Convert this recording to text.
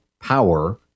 power